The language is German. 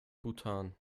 bhutan